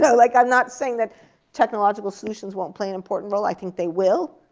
so like, i'm not saying that technological solutions won't play an important role. i think they will.